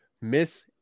Miss